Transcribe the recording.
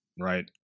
right